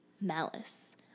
malice